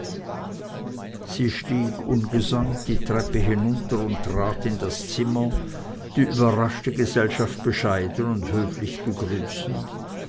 sie stieg ungesäumt die treppe hinunter und trat in das zimmer die überraschte gesellschaft bescheiden und höflich begrüßend